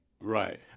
right